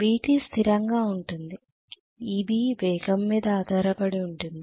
Vt స్థిరంగా ఉంటుంది Eb వేగం మీద ఆధారపడి ఉంటుంది